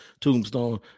Tombstone